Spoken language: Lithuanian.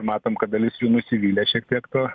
matom kad dalis jų nusivylė šiek tiek tuo